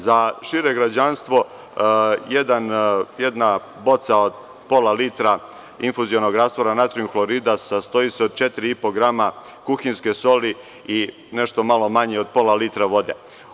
Za šire građanstvo, jedna boca od pola litra infuzionog rastvora, natrijum hlorida sastoji se od četiri i po grama kuhinjske soli i nešto malo manje od pola litra vode.